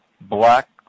black